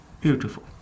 beautiful